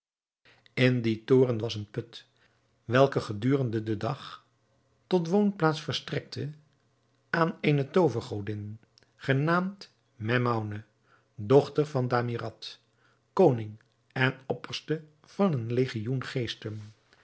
in dien toren was een put welke gedurende den dag tot woonplaats verstrekte aan eene toovergodin genaamd maimoune dochter van damriat koning en opperste van een legioen geesten